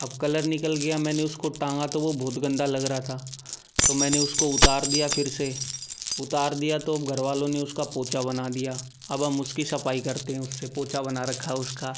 अब कलर निकल गया मैंने उसको टांगा तो वह बहुत गंदा लग रहा था तो मैंने उसको उतार दिया फ़िर से उतार दिया तो घरवालों ने उसका पोछा बना दिया अब हम उसकी सफ़ाई करते हैं उससे पोछा बना रखा है उसका